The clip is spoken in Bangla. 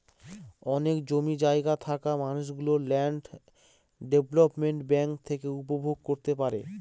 অনেক জমি জায়গা থাকা মানুষ গুলো ল্যান্ড ডেভেলপমেন্ট ব্যাঙ্ক থেকে উপভোগ করতে পারে